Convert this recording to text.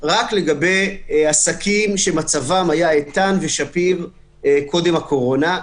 רק לגבי עסקים שמצבם היה איתן ושפיר קודם הקורונה.